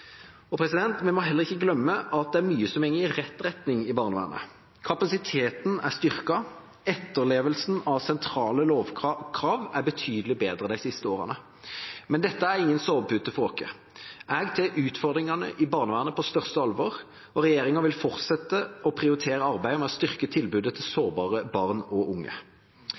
Vi må heller ikke glemme at det er mye som går i rett retning i barnevernet. Kapasiteten er styrket. Etterlevelsen av sentrale lovkrav er betydelig bedret de siste årene. Men dette er ingen sovepute for oss. Jeg tar utfordringene i barnevernet på det største alvor, og regjeringa vil fortsette å prioritere arbeidet med å styrke tilbudet til sårbare barn og unge.